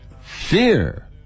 fear